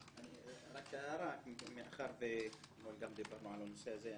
רק הערה מאחר ואתמול גם דיברנו על הנושא הזה.